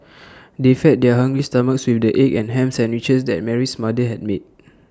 they fed their hungry stomachs with the egg and Ham Sandwiches that Mary's mother had made